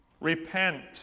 Repent